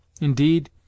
Indeed